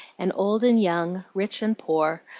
and old and young, rich and poor,